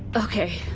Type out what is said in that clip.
okay.